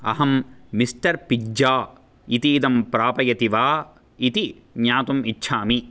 अहं mister pizza इतीदं प्रापयति वा इति ज्ञातुम् इच्छामि